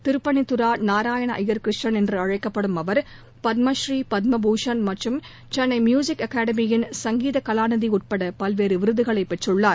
திருப்புனித்தரா நாராயண ஐயர் கிருஷ்ணன் என்று அழைக்கப்படும் அவர் பத்மபூரீ பத்மபூஷன் மற்றும் சென்னை மியூசிக் அகாடமியின் சங்கீத கலாநிதி உட்பட பல்வேறு விருதுகளை பெற்றுள்ளார்